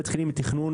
מתחילים מתכנון.